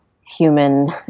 human